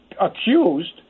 accused